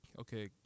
okay